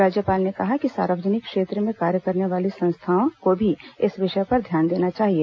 राज्यपाल ने कहा कि सार्वजनिक क्षेत्र में कार्य करने वाली संस्थाओं को भी इस विषय पर ध्यान देना चाहिए